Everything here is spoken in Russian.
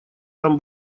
там